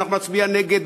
ואנחנו נצביע נגד,